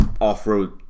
off-road